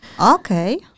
Okay